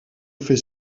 fait